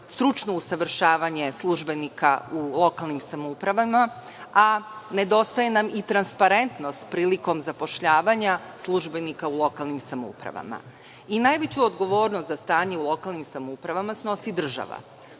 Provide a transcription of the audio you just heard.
stručno usavršavanje službenika u lokalnim samoupravama, a nedostaje nam i transparentnost prilikom zapošljavanja službenika u lokalnim samoupravama. Najveću odgovornost za stanje u lokalnim samoupravama snosi država.